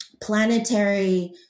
planetary